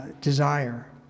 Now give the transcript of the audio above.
desire